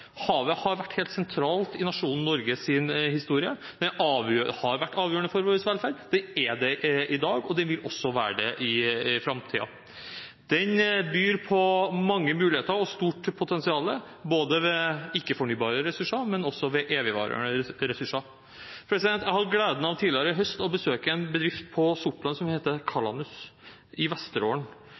Havet har vært helt sentralt i nasjonen Norges historie, har vært avgjørende for vår velferd, er det i dag og vil også være det i framtiden. Det byr på mange muligheter og har et stort potensial, både ved ikke-fornybare ressurser og ved evigvarende ressurser. Jeg hadde tidligere i høst gleden av å besøke en bedrift på Sortland som heter Calanus, i Vesterålen.